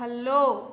follow